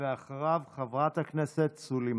ואחריו, חברת הכנסת סלימאן.